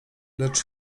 lecz